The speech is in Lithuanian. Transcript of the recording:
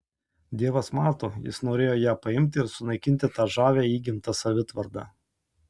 dievas mato jis norėjo ją paimti ir sunaikinti tą žavią įgimtą savitvardą